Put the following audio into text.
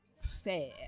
fair